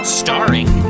starring